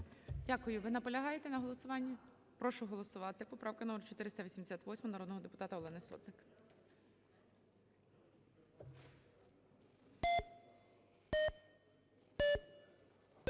Дякую. Ви наполягаєте на голосуванні? Прошу голосувати. Поправка номер 488 народного депутата Олени Сотник.